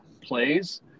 plays